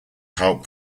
help